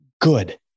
good